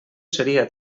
seria